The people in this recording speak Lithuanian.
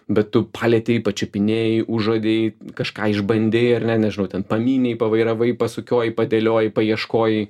bet tu palietei pačiupinėjai užuodei kažką išbandei ar ne nežinau ten pamynei pavairavai pasukiojai padėliojai paieškojai